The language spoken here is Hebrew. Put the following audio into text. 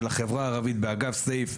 של החברה הערבית באגף סי"ף,